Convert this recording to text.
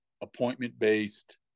appointment-based